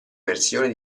versioni